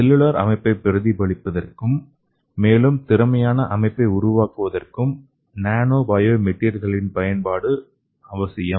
cellular அமைப்பை பிரதிபலிப்பதற்கும் மேலும் திறமையான அமைப்பை உருவாக்குவதற்கும் நானோ பயோ மெட்டீரியல்களின் பயன்பாடு அவசியம்